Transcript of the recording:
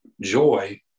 Joy